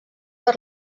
per